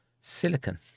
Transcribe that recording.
Silicon